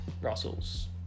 Russell's